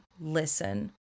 listen